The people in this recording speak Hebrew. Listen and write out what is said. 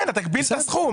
כן, אתה מגביל את הסכום.